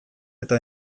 eta